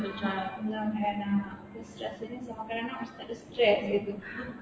mm ye lah kanak-kanak sebab zaman kanak-kanak macam tak ada stress gitu